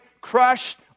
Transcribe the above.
crushed